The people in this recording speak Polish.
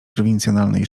prowincjonalnej